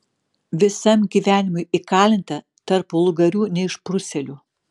visam gyvenimui įkalinta tarp vulgarių neišprusėlių